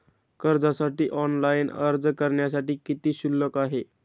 कर्जासाठी ऑनलाइन अर्ज करण्यासाठी किती शुल्क आहे?